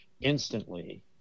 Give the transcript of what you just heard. instantly